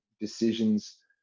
decisions